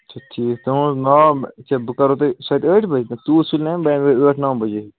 اَچھا ٹھیٖک یہِ کہِ بہٕ کرو تُہۍ ستہِ ٲٹھِ بج تیوٗت سُلہِ ٲٹھ نو بجے